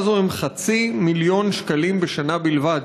הזאת הם חצי מיליון שקלים בשנה בלבד.